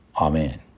Amen